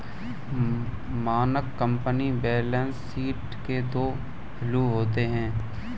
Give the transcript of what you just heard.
मानक company balance sheet के दो फ्लू होते हैं